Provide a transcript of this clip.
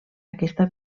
aquesta